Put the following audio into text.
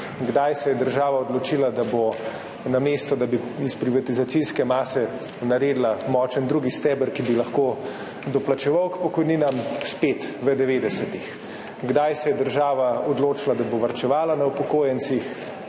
Kdaj se je država odločila, da bo, namesto da bi iz privatizacijske mase naredila močen drugi steber, ki bi lahko doplačeval k pokojninam? Spet v devetdesetih. Kdaj se je država odločila, da bo varčevala na upokojencih?